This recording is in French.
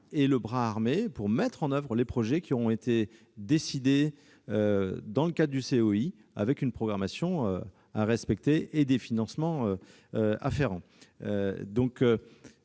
Gouvernement pour mettre en oeuvre les projets qui auront été décidés dans le cadre du COI, avec une programmation à respecter et des financements afférents.